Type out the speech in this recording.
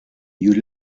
you